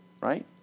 right